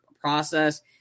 process